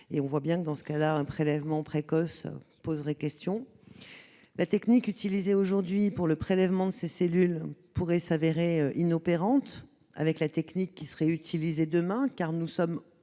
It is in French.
On le voit bien, dans ce cas-là, un prélèvement précoce poserait question. En outre, la technique utilisée aujourd'hui pour le prélèvement de ces cellules pourrait s'avérer inopérante avec la technique qui sera utilisée demain, car nous sommes